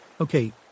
Okay